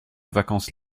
vacances